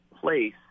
place